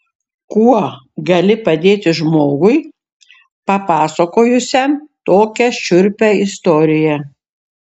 kuo gali padėti žmogui papasakojusiam tokią šiurpią istoriją